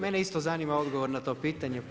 Mene isto zanima odgovor na to pitanje.